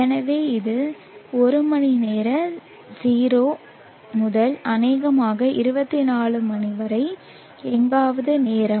எனவே இது ஒரு மணி நேர 0 முதல் அநேகமாக 24 வரை எங்காவது நேரம்